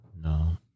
No